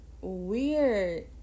weird